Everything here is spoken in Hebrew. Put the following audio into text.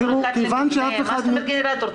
מה זאת אומרת גנרטור?